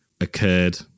occurred